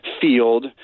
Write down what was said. field